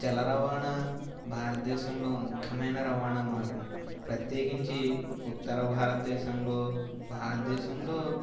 జల రవాణా భారతదేశంలో ముఖ్యమైన రవాణా మార్గం ప్రత్యేకించి ఉత్తర భారతదేశంలో భారతదేశంలో